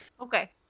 okay